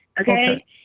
Okay